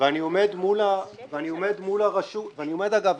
ואני עומד מול הרשות אגב,